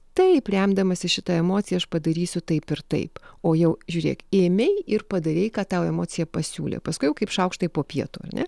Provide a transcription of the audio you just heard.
taip remdamasi šita emocija aš padarysiu taip ir taip o jau žiūrėk ėmei ir padarei ką tau emocija pasiūlė paskui jau kaip šaukštai po pietų ar ne